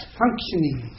functioning